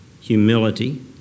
humility